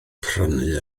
prynu